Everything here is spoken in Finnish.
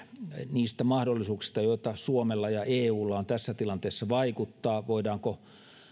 niistä mahdollisuuksista joita suomella ja eulla vielä on tässä tilanteessa vaikuttaa voidaanko